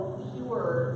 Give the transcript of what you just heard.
pure